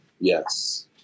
Yes